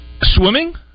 Swimming